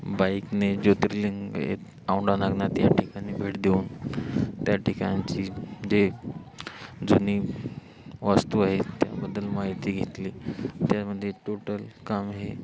बाईकने ज्योतिर्लिंग औंढा नागनाथ या ठिकाणी भेट देऊन त्या ठिकाणची जे जुनी वास्तू आहेत त्याबद्दल माहिती घेतली त्यामध्ये टोटल काम हे